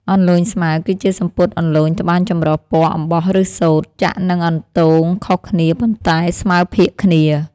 អន្លូញស្មើ គឺជាសំពត់អន្លូញត្បាញចម្រុះព័ណ៌អំបោះឬសូត្រ ចាក់និងអន្ទងខុសគ្នាប៉ុន្តែស្មើភាគគ្នា។